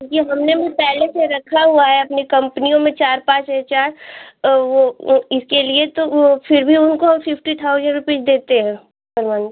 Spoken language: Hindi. क्योंकि हमने भी पहले से रखा हुआ है अपनी कंपनियों में चार पाँच एच आर वह इसके लिए तो वह फिर भी उनको फिफ्टी थाउजेन रुपीज देते हैं पर मंथ